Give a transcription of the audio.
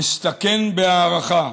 אסתכן בהערכה: